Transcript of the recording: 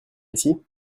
ici